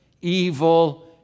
evil